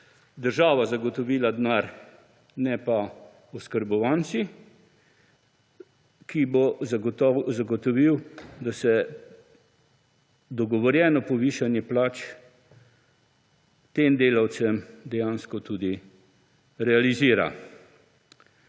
država zagotovila denar ne pa oskrbovanci, ki bo zagotovil, da se dogovorjeno povišanje plač tem delavcem dejansko tudi realizira.